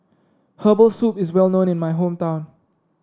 Herbal Soup is well known in my hometown